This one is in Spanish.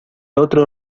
otro